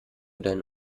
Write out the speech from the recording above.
deinen